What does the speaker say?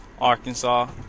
Arkansas